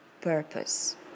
purpose